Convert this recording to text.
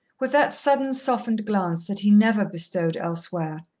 with that sudden softened glance that he never bestowed elsewhere.